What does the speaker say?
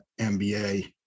MBA